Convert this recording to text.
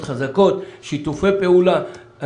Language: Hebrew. אני